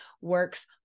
works